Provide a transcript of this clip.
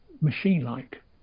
machine-like